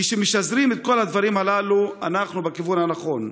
כששוזרים את כל הדברים הללו אנחנו בכיוון הנכון,